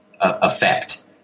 effect